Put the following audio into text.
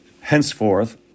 henceforth